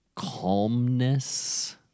calmness